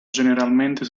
generalmente